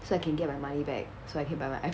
so I can get my money back so I can buy my i~